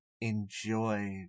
enjoy